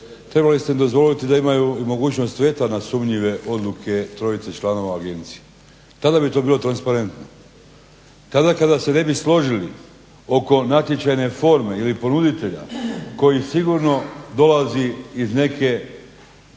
Trebali ste dozvoliti i da imaju mogućnost veta na sumnjive odluke trojice članova agencije, tada bi to bilo transparentno. Tada kada se ne bi složili oko natječajne forme ili ponuditelja koji sigurno dolazi iz neke